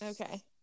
Okay